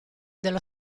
dello